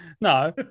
No